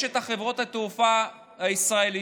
יש את חברות התעופה הישראליות,